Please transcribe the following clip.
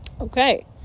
okay